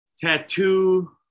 tattoo